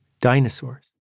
dinosaurs